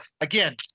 again